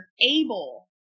able